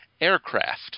aircraft